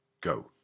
go